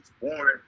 born